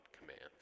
commands